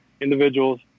individuals